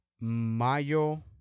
Mayo